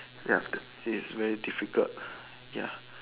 ya the it is very difficult ya